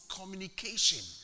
communication